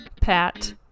Pat